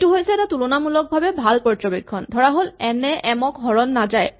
এইটো হৈছে এটা তুলনামূলকভাৱে ভাল পৰ্যবেক্ষণ ধৰাহ'ল এন এ এম ক হৰণ নাযায়